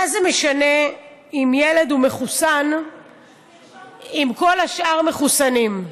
מה זה משנה אם ילד לא מחוסן אם כל השאר מחוסנים?